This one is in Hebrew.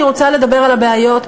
אני רוצה לדבר על הבעיות,